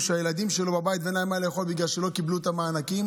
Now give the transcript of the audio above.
או שהילדים שלו בבית ואין להם מה לאכול בגלל שלא קיבלו את המענקים,